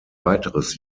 weiteres